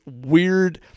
weird